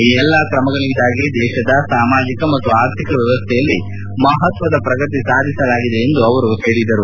ಈ ಎಲ್ಲಾ ಕ್ರಮಗಳಿಂದಾಗಿ ದೇಶದ ಸಾಮಾಜಿಕ ಮತ್ತು ಆರ್ಥಿಕ ವ್ಯವಸ್ಥೆಯಲ್ಲಿ ಮಹತ್ವದ ಪ್ರಗತಿ ಸಾಧಿಸಲಾಗಿದೆ ಎಂದು ಅವರು ಹೇಳಿದರು